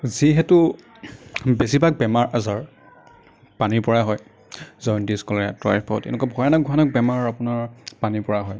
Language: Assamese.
যিহেতু বেছিভাগ বেমাৰ আজাৰ পানীৰ পৰাই হয় জণ্ডিচ কলেৰা টাইফয়েড এনেকুৱা ভায়ানক ভয়ানক বেমাৰ আপোনাৰ পানীৰ পৰা হয়